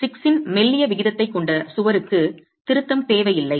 ht 6 இன் மெல்லிய விகிதத்தைக் கொண்ட சுவருக்குத் திருத்தம் தேவையில்லை